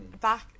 back